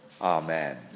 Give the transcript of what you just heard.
Amen